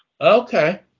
Okay